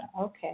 Okay